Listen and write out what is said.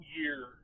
year